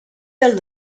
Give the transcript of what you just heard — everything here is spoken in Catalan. del